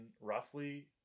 roughly